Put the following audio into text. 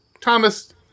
Thomas